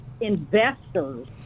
investors